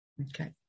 Okay